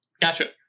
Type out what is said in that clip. Gotcha